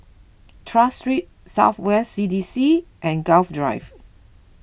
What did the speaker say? Tras Street South West C D C and Gul Drive